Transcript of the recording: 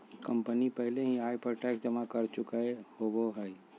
company पहले ही आय पर टैक्स जमा कर चुकय होबो हइ